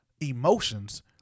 emotions